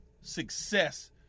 success